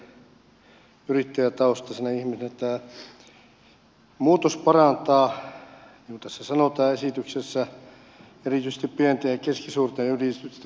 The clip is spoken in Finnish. muutos parantaa niin kuin tässä sanotaan esityksessä erityisesti pienten ja keskisuurten yritysten asemaa